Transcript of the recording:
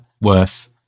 worth